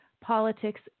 politics